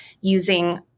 using